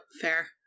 fair